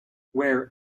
where